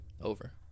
over